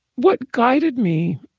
what guided me